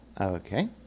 okay